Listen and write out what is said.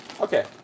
Okay